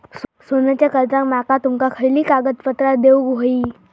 सोन्याच्या कर्जाक माका तुमका खयली कागदपत्रा देऊक व्हयी?